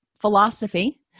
philosophy